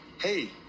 hey